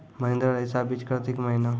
महिंद्रा रईसा बीज कार्तिक महीना?